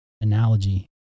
analogy